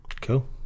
Cool